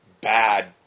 bad